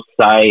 site